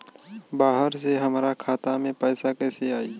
बाहर से हमरा खाता में पैसा कैसे आई?